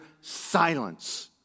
silence